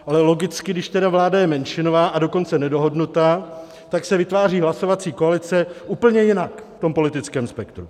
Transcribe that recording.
Ale logicky, když tedy vláda je menšinová, a dokonce nedohodnutá, tak se vytváří hlasovací koalice úplně jinak v tom politickém spektru.